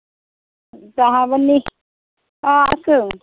জহা বৰ্ণি অঁ আছোঁ